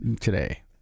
today